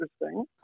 interesting